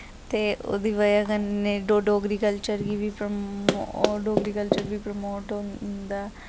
ते ओह्दी बजह कन्नै डोगरी कल्चर गी बी डोगरी कल्चर बी परमोट होंदा ऐ